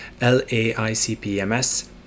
LAICPMS